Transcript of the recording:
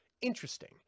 interesting